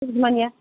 बे बिमानैया